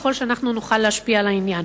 ככל שאנחנו נוכל להשפיע על העניין.